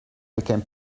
became